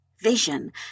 Vision